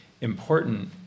important